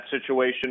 situation